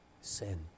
sin